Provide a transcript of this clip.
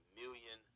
million